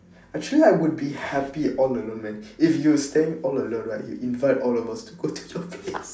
actually I would be happy all alone man if you staying all alone right you invite all of us to go to your place